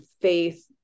faith